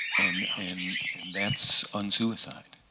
and and and that's un-suicide,